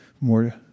more